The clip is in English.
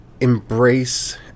embrace